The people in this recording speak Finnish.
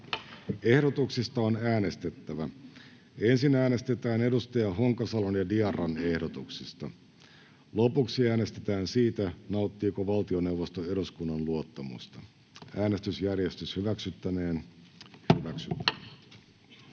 Ehdotuksista on äänestettävä. Ensin äänestetään Veronika Honkasalon ja Fatim Diarran ehdotuksista. Lopuksi äänestetään siitä, nauttiiko valtioneuvosto eduskunnan luottamusta. === STRUCTURED CONTENT